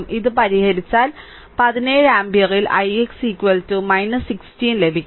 ഇത് പരിഹരിച്ചാൽ 17 ആമ്പിയറിൽ ix' ' 16 ലഭിക്കും